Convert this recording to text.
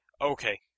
Okay